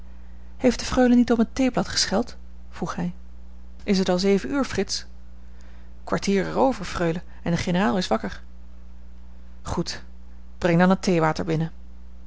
heeft de freule niet om het theeblad gescheld vroeg hij is het al zeven uur frits kwartier er over freule en de generaal is wakker goed breng dan het theewater binnen